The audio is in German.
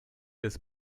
des